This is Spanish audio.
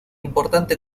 importante